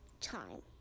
time